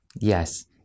Yes